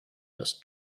das